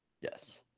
Yes